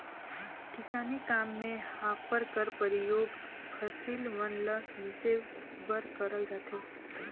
किसानी काम मे हापर कर परियोग फसिल मन ल मिसे बर करल जाथे